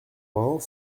vingt